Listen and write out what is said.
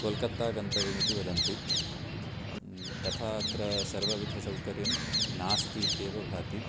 कोल्कत्ता गन्तव्यमिति वदन्ति तथा अत्र सर्वविधसौकर्यं नास्ति इत्येव भाति